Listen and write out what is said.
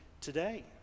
today